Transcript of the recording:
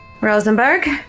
Rosenberg